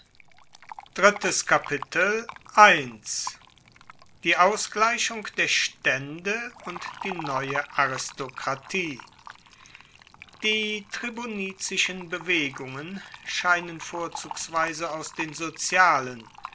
die ausgleichung der staende und die neue aristokratie die tribunizischen bewegungen scheinen vorzugsweise aus den sozialen